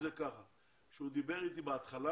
כשהוא דיבר איתי בהתחלה